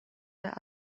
der